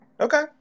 Okay